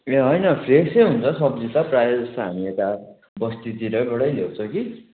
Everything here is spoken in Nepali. ए होइन फ्रेसै हुन्छ सब्जी त प्रायः जस्तो हामी यता बस्तीतिरैबाटै ल्याउँछ कि